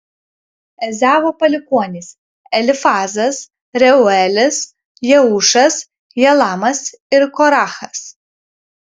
ezavo palikuonys elifazas reuelis jeušas jalamas ir korachas